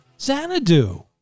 Xanadu